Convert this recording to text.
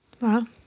Wow